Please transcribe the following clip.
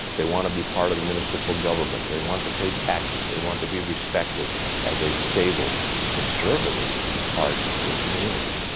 they want to be part of the municipal government. they want to pay taxes, they want to be respected as a stable conservative part of the community.